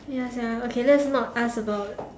ya sia okay let's not ask about